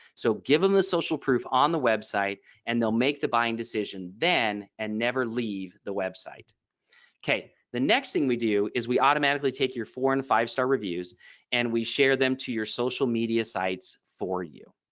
so given the social proof on the website and they'll make the buying decision then and never leave the website ok the next thing we do is we automatically take your four and five star reviews and we share them to your social media sites for you.